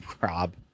Rob